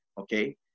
okay